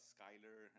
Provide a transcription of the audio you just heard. Skyler